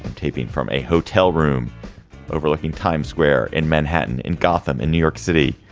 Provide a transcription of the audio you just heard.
taping from a hotel room overlooking times square in manhattan, in gotham, in new york city,